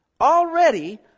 already